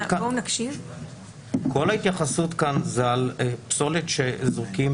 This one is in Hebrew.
כל ההתייחסות כאן היא לגבי פסולת שזורקים